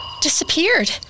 disappeared